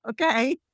okay